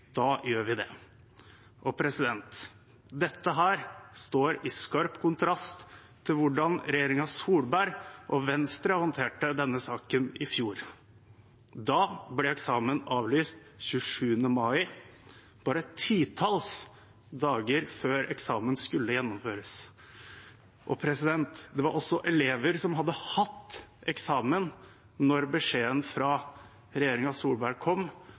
da gjør vi det. Dette står i skarp kontrast til hvordan regjeringen Solberg og Venstre håndterte denne saken i fjor. Da ble eksamen avlyst 27. mai, bare et titalls dager før eksamen skulle gjennomføres. Det var også noen elever som hadde hatt eksamen da beskjeden fra regjeringen Solberg kom